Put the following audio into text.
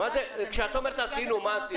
כשאת אומרת עשינו, מה עשינו?